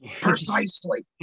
Precisely